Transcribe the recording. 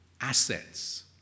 assets